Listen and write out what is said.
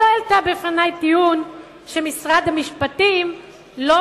היא לא העלתה בפני טיעון שאומר שמשרד המשפטים לא